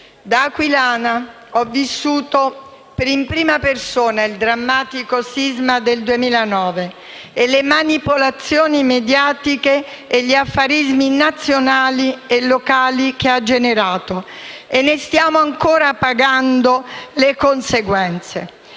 da aquilana ho vissuto in prima persona il drammatico sisma del 2009, le manipolazioni mediatiche e gli affarismi nazionali e locali che ha generato; e ne stiamo ancora pagando le conseguenze.